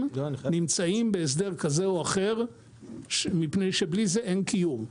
נמצאים בהסדר כזה או אחר מפני שבלי זה אין קיום.